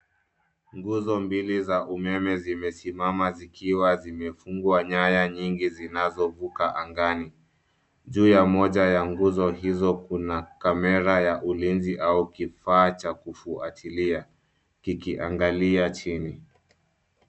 Nguzo mbili za umeme zimesimama zikiwa zimefungwa nyaya nyingi zinazovuka angani. Juu ya moja ya nguzo hizo kuna kamera ya ulinzi au kifaa cha kufuatilia kikiangalia chini.